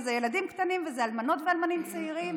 וזה ילדים קטנים וזה אלמנות ואלמנים צעירים,